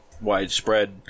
widespread